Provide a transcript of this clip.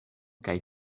kaj